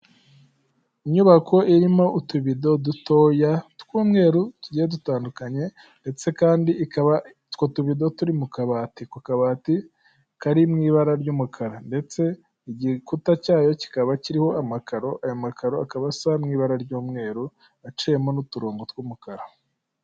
Inyubako irimo utubido dutoya tw'umweru tugiye dutandukanye, ndetse kandi ikaba, utwo tubido tukaba turi mu kabati, ku kabati kari mu ibara ry'umukara ndetse igikuta cyayo kikaba kiriho amakaro, aya makaro akaba asa n' ibara ry'umweru aciyemo n'uturongo tw'umukara.